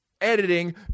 editing